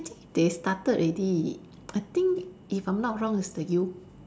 actually they started already I think if I'm not wrong it's the U